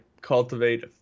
cultivate